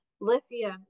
lithium